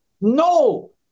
No